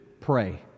Pray